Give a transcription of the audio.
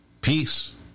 Peace